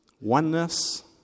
Oneness